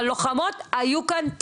אבל לוחמות היו כאן תמיד.